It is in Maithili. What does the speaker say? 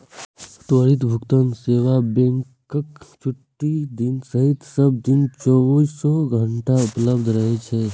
त्वरित भुगतान सेवा बैंकक छुट्टीक दिन सहित सब दिन चौबीसो घंटा उपलब्ध रहै छै